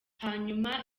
hanyuma